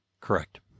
Correct